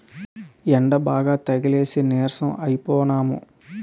యెండబాగా తగిలేసి నీరసం అయిపోనము